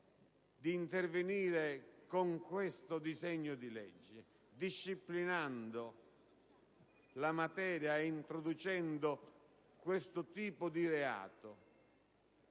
di intervenire con questo disegno di legge disciplinando la materia e introducendo questo tipo di reato,